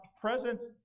presence